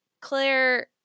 Claire